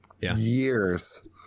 years